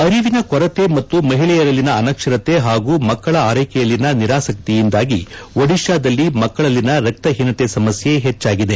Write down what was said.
ಅರಿವಿನ ಕೊರತೆ ಮತ್ತು ಮಹಿಳೆಯರಲ್ಲಿನ ಅನಕ್ಷರತೆ ಹಾಗೂ ಮಕ್ಕಳ ಆರೈಕೆಯಲ್ಲಿನ ನಿರಾಸಕ್ತಿಯಿಂದಾಗಿ ಒಡಿಶಾದಲ್ಲಿ ಮಕ್ಕ ಳಲ್ಲಿನ ರಕ್ತಹೀನತೆ ಸಮಸ್ಯೆ ಹೆಚ್ಚಾಗಿದೆ